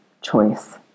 choice